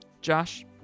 Josh